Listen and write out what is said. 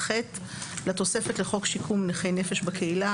(ח) לתוספת לחוק שיקום נכי נפש בקהילה,